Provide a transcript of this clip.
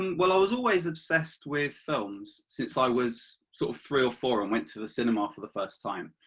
um well i was always obsessed with films. since i was so three or four and went to the cinema for the first time.